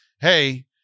hey